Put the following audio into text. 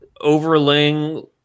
overlaying